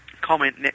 comment